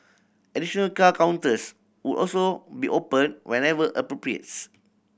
additional car counters would also be opened whenever appropriates